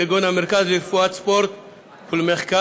כגון המרכז לרפואת ספורט ולמחקר,